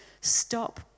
Stop